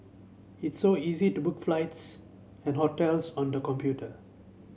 it's so easy to book flights and hotels on the computer